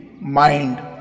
mind